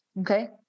Okay